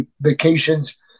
vacations